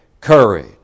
courage